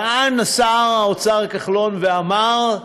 טען שר האוצר כחלון ואמר: